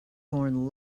born